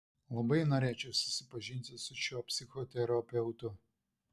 labai norėčiau susipažinti su šiuo psichoterapeutu